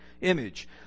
image